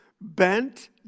bent